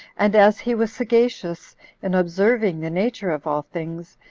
and as he was sagacious in observing the nature of all things,